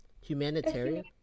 Humanitarian